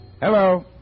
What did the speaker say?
Hello